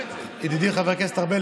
ידידי חבר הכנסת ארבל,